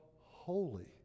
holy